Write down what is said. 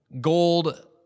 gold